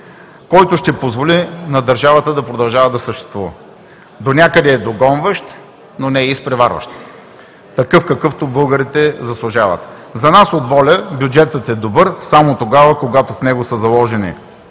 който ще позволи на държавата да продължава да съществува. Донякъде е догонващ, но не и изпреварващ – такъв, какъвто българите заслужават. За нас, от ВОЛЯ, бюджетът е добър само тогава, когато в него са заложени